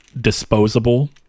disposable